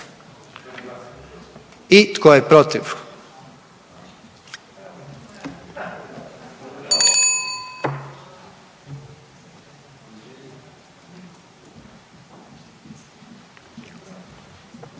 I tko je protiv?